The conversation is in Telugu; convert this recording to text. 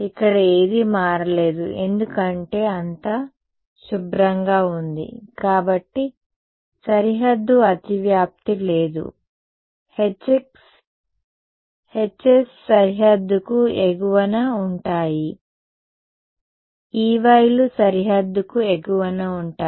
ఇక్కడ ఏదీ మారలేదు ఎందుకంటే అంతా శుభ్రంగా ఉంది కాబట్టి సరిహద్దు అతివ్యాప్తి లేదు Hs సరిహద్దుకు ఎగువన ఉంటాయి Ey లు సరిహద్దుకు ఎగువన ఉంటాయి